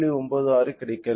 96 கிடைக்கிறது